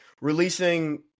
releasing